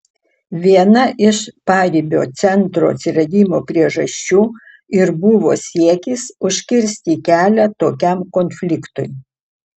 viena iš paribio centro atsiradimo priežasčių ir buvo siekis užkirsti kelią tokiam konfliktui